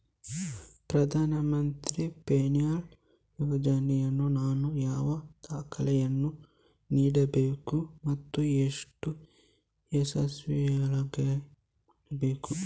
ಪ್ರಧಾನ ಮಂತ್ರಿ ಪೆನ್ಷನ್ ಯೋಜನೆಗೆ ನಾನು ಯಾವ ದಾಖಲೆಯನ್ನು ನೀಡಬೇಕು ಮತ್ತು ಎಷ್ಟು ವಯಸ್ಸಿನೊಳಗೆ ಮಾಡಬೇಕು?